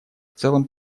целом